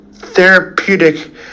therapeutic